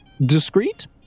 discreet